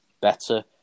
better